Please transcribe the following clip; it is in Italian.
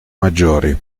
maggiori